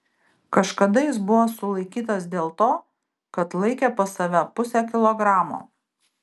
kažkada jis buvo sulaikytas dėl to kad laikė pas save pusę kilogramo